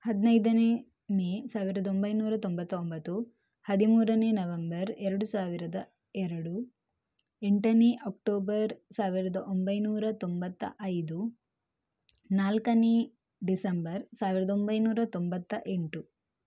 ಹದಿನೈದನೇ ಮೇ ಸಾವಿರದ ಒಂಬೈನೂರ ತೊಂಬತ್ತೊಂಬತ್ತು ಹದಿಮೂರನೇ ನವಂಬರ್ ಎರಡು ಸಾವಿರದ ಎರಡು ಎಂಟನೇ ಅಕ್ಟೋಬರ್ ಸಾವಿರದ ಒಂಬೈನೂರ ತೊಂಬತ್ತ ಐದು ನಾಲ್ಕನೇ ಡಿಸೆಂಬರ್ ಸಾವಿರದ ಒಂಬೈನೂರ ತೊಂಬತ್ತ ಎಂಟು